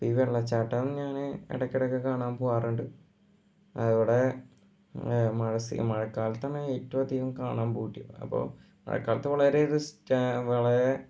ഈ വെള്ളച്ചാട്ടം ഞാൻ ഇടക്കിടക്കൊക്കെ കാണാൻ പോവാറുണ്ട് അവിടെ മഴ സീ മഴക്കാലത്താണ് ഏറ്റവും അധികം കാണാൻ പോവുകയും അപ്പം മഴക്കാലത്ത് വളരേ അധികം റിസ്റ്റാ വളരെ